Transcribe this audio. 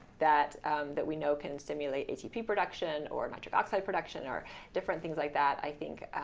that um that we know can stimulate atp production or nitric oxide production or different things like that, i think